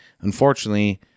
unfortunately